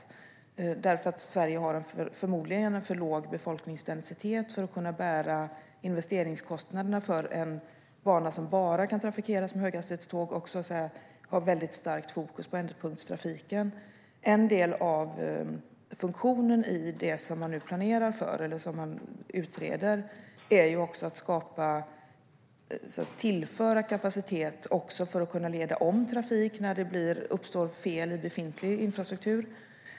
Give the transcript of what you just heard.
Sverige har förmodligen en för låg befolkningsdensitet för att kunna bära investeringskostnaderna för en bana som bara kan trafikeras med höghastighetståg och också har ett väldigt starkt fokus på ändpunktstrafiken. En del av funktionen i det som man nu planerar för, eller som man utreder, är att tillföra kapacitet också för att kunna leda om trafik när det uppstår fel i befintlig infrastruktur.